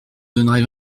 donnerai